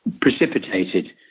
precipitated